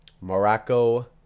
Morocco